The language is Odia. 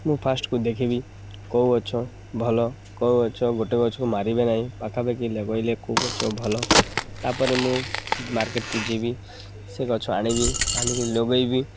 ମୁଁ ଫାଷ୍ଟ୍କୁ ଦେଖିବି କେଉଁ ଗଛ ଭଲ କେଉଁ ଗଛ ଗୋଟେ ଗଛକୁ ମାରିବେ ନାହିଁ ପାଖାପାଖି ଲଗେଇଲେ କେଉଁ ଗଛ ଭଲ ତା'ପରେ ମୁଁ ମାର୍କେଟ୍କୁ ଯିବି ସେ ଗଛ ଆଣିବି ଆଣିକି ଲଗେଇବି